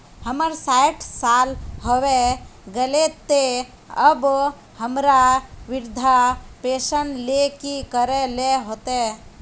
हमर सायट साल होय गले ते अब हमरा वृद्धा पेंशन ले की करे ले होते?